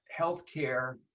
healthcare